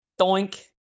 doink